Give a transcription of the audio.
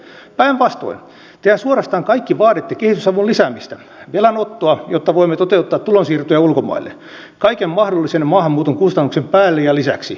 mutta tehän päinvastoin suorastaan kaikki vaaditte kehitysavun lisäämistä velanottoa jotta voimme toteuttaa tulonsiirtoja ulkomaille kaiken mahdollisen maahanmuuton kustannuksen päälle ja lisäksi